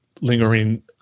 lingering